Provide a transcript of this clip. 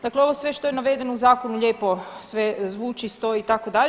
Dakle, ovo sve što je navedeno u zakonu lijepo sve zvuči, stoji itd.